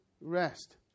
rest